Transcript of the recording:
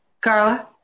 Carla